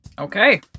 okay